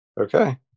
Okay